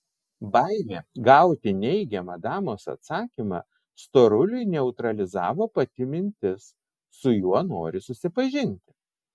baimė gauti neigiamą damos atsakymą storuliui neutralizavo pati mintis su juo nori susipažinti